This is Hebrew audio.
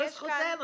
--- אבל זו זכותנו.